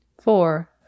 four